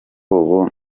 ubu